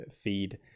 feed